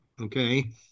okay